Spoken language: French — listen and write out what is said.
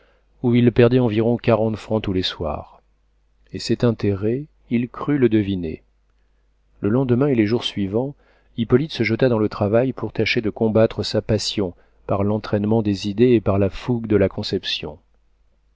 où il perdait environ quarante francs tous les soirs et cet intérêt il crut le deviner le lendemain et les jours suivants hippolyte se jeta dans le travail pour tâcher de combattre sa passion par l'entraînement des idées et par la fougue de la conception